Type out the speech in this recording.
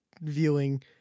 viewing